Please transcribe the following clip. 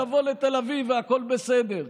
לבוא לתל אביב והכול בסדר,